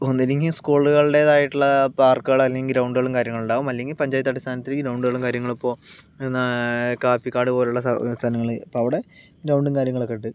ഒന്നല്ലെങ്കിൽ സ്കൂളുകളുടേത് ആയിട്ടുള്ള പാർക്കുകൾ അല്ലെങ്കിൽ ഗ്രൗണ്ടുകളും കാര്യങ്ങളും ഉണ്ടാകും അല്ലെങ്കിൽ പഞ്ചായത്ത് അടിസ്ഥാനങ്ങളിൽ ഗ്രൗണ്ടുകളും കാര്യങ്ങളും ഇപ്പോൾ കാപ്പിക്കാട് പോലുള്ള സ്ഥ സ്ഥലങ്ങൾ ഇപ്പം അവിടെ ഗ്രൗണ്ടും കാര്യങ്ങളൊക്കെയുണ്ട്